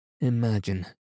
Imagine